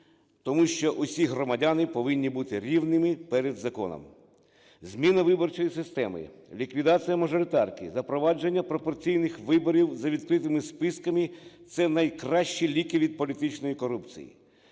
тому що всі громадяни повинні бути рівними перед законом. Зміна виборчої системи, ліквідації мажоритарки, запровадження пропорційних виборів за відкритими списками – це найкращі ліки від політичної корупції.